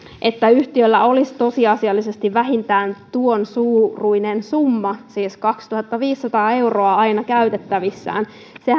että yhtiöllä olisi tosiasiallisesti vähintään tuon suuruinen summa siis kaksituhattaviisisataa euroa aina käytettävissään